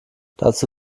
dazu